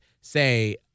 say